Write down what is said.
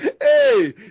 Hey